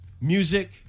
music